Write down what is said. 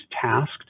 tasked